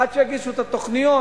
עד שיגישו את התוכניות,